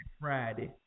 Friday